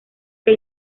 que